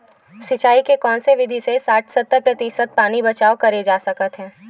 सिंचाई के कोन से विधि से साठ सत्तर प्रतिशत पानी बचाव किया जा सकत हे?